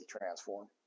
transform